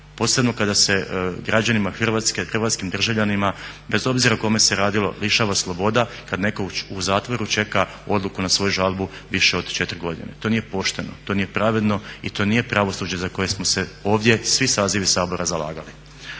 posebno kada se građanima Hrvatske, hrvatskim državljanima bez obzira o kome se radilo lišava sloboda kada netko u zatvoru čeka odluku na svoju žalbu više od 4 godine. To nije pošteno, to nije pravedno i to nije pravosuđe za koje smo se ovdje svi sazivi Sabora zalagali.